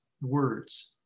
words